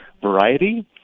variety